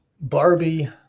Barbie